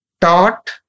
Taught